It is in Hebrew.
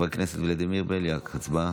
חבר הכנסת ולדימיר בליאק, הצבעה.